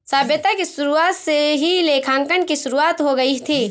सभ्यता की शुरुआत से ही लेखांकन की शुरुआत हो गई थी